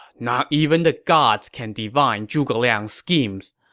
not even the gods can divine zhuge liang's schemes.